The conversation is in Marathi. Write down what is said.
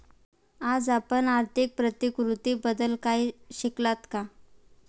आज आपण आर्थिक प्रतिकृतीबद्दल काही शिकलात का?